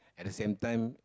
at the same time